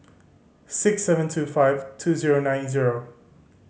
six seven two five two zero nine zero